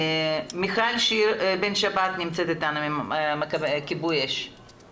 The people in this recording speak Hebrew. מיכל בן שבת מכיבוי אש נמצאת איתנו.